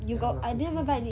ya we are cooking